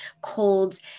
colds